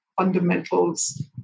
fundamentals